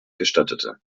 gestattete